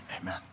amen